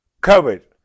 covered